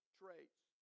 traits